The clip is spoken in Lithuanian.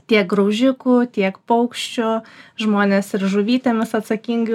tiek graužikų tiek paukščių žmonės ir žuvytėmis atsakingai